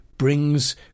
Brings